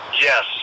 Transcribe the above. Yes